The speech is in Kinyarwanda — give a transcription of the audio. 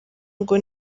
ngo